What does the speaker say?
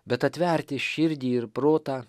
bet atverti širdį ir protą